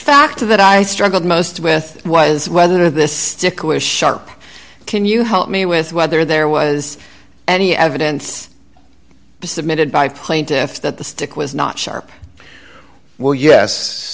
factor that i struggled most with was whether this stick was sharp can you help me with whether there was any evidence submitted by plaintiffs that the stick was not sharp well yes